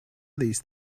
these